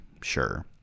sure